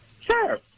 Sure